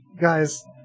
Guys